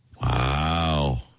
Wow